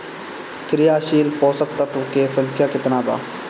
क्रियाशील पोषक तत्व के संख्या कितना बा?